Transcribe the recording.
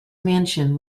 mansion